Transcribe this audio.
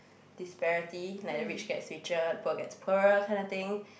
disparity lah where the rich gets richer and the poor gets poorer kinda thing